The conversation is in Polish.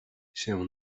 się